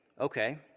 okay